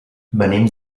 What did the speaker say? venim